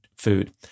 food